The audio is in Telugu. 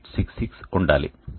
5866 ఉండాలి